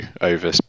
over